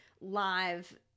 live